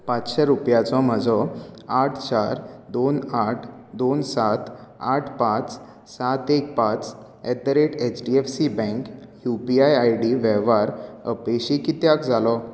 पांचशे रुपयांचो म्हजो आठ चार दोन आठ दोन सात आठ पांच सात एक पांच at the rate H D F C bank U P I I D वेव्हार अपेशी कित्याक जालो